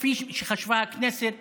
כפי שחשבה הכנסת